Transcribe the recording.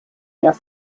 дня